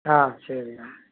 ஆ சரிங்க